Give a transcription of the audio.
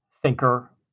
thinker